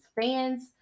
fans